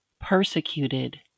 Persecuted